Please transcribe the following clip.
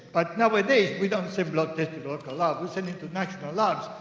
but nowadays, we don't send blood test to local lab, we send them to national labs.